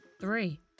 three